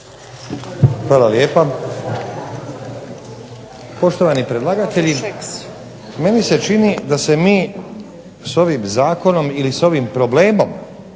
Nenad (SDP)** Poštovani predlagatelji, meni se čini da se mi s ovim zakonom ili s ovim problemom